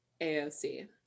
AOC